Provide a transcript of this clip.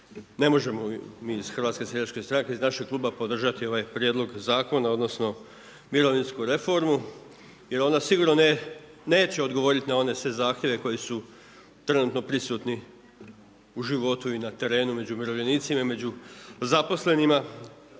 ne možemo mi iz Hrvatske seljačke stranke iz našeg Kluba podržati ovaj Prijedlog zakona, odnosno mirovinsku reformu. Jer ona sigurno neće odgovoriti na one sve zahtjeve koji su trenutno prisutni u životu i na terenu među umirovljenicima i među zaposlenima.